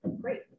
great